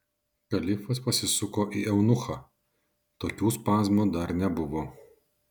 kalifas pasisuko į eunuchą tokių spazmų dar nebuvo